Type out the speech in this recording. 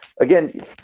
again